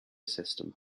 system